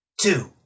Two